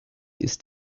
ist